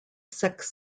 sex